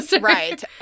Right